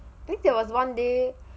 I think there was one day